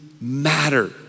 matter